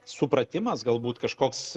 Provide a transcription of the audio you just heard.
supratimas galbūt kažkoks